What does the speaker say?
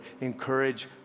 encourage